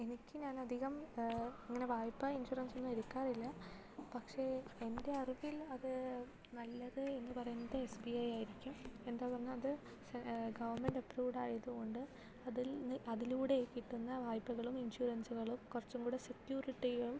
എനിക്ക് ഞാൻ അധികം അങ്ങനെ വായ്പ ഇൻഷുറൻസൊന്നും എടുക്കാറില്ല പക്ഷെ എൻ്റെ അറിവിൽ അത് നല്ലത് എന്ന് പറയുന്നത് എസ് ബി ഐ ആയിരിക്കും എന്താ പറഞ്ഞാൽ അത് ഗവൺമെന്റ് അപ്പ്രൂവ്ഡ് ആയതുകൊണ്ട് അതിൽ നിന്ന് അതിലൂടെ കിട്ടുന്ന വായ്പകളും ഇൻഷുറൻസുകളും കുറച്ചും കൂടി സെക്യൂരിറ്റിയും